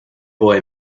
boy